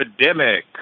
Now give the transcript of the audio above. epidemic